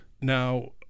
Now-